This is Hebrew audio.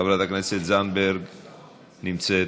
חברת הכנסת זנדברג נמצאת.